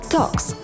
Talks